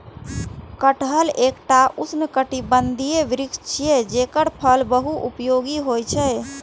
कटहल एकटा उष्णकटिबंधीय वृक्ष छियै, जेकर फल बहुपयोगी होइ छै